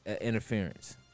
interference